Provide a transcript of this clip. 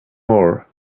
more